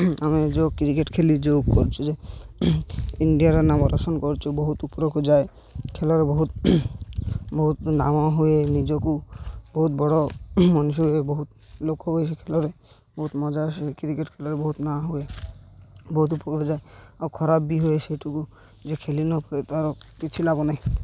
ଆମେ ଯେଉଁ କ୍ରିକେଟ୍ ଖେଳି ଯେଉଁ କରୁଛୁ ଯେ ଇଣ୍ଡିଆର ନାମ ରୋସନ କରୁଛୁ ବହୁତ ଉପରକୁ ଯାଏ ଖେଳରେ ବହୁତ ବହୁତ ନାମ ହୁଏ ନିଜକୁ ବହୁତ ବଡ଼ ମନୁଷ୍ୟ ହୁଏ ବହୁତ ଲୋକ ହୁଏ ସେ ଖେଳରେ ବହୁତ ମଜା ଆସେ କ୍ରିକେଟ୍ ଖେଳରେ ବହୁତ ନାଁ ହୁଏ ବହୁତ ଉପରକୁ ଯାଏ ଆଉ ଖରାପ ବି ହୁଏ ସେଇଠୁକୁ ଯେ ଖେଳି ନ ପରେ ତା'ର କିଛି ଲାଭ ନାହିଁ